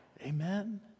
Amen